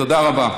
תודה רבה.